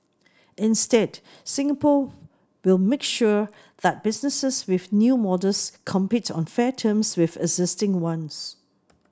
instead Singapore will make sure that businesses with new models compete on fair terms with existing ones